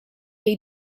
jej